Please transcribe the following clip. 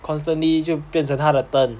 constantly 就变成他的 turn